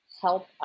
help